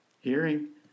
hearing